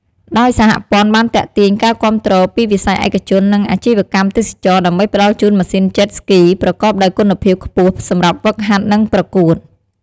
ដោយសហព័ន្ធបានទាក់ទាញការគាំទ្រពីវិស័យឯកជន និងអាជីវកម្មទេសចរណ៍ ដើម្បីផ្ដល់ជូនម៉ាស៊ីន Jet Ski ប្រកបដោយគុណភាពខ្ពស់សម្រាប់ហ្វឹកហាត់ និងប្រកួត។